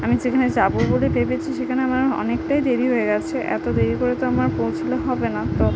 আমি যেখানে যাব বলে ভেবেছি সেখানে আমার অনেকটাই দেরি হয়ে গিয়েছে এত দেরি করে তো আমার পৌঁছলে হবে না তো